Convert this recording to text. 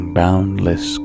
boundless